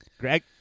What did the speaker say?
Greg